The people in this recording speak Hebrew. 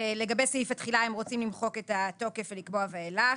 לגבי סעיף התחילה הם רוצים למחוק את התוקף ולקבוע ואילך.